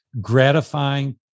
gratifying